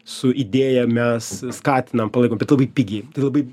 su idėja mes skatinam palaikom bet labai pigiai labai